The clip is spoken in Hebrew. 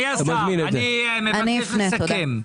אדוני השר, אני מבקש לסכם.